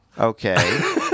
Okay